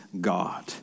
God